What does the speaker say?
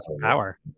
power